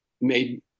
made